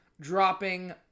dropping